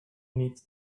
needs